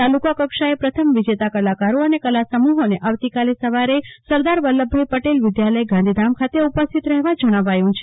તાલુકા કક્ષાએ પ્રથમ વિજેતા કલાકારો અને કલા સમુજોને આવતીકાલે સવારે સરદાર વલ્લભભાઈ પટેલ વિધાલય ગાંધીધામ ખાતે ઉપસ્થિત રફેવા જણાવાયુ છે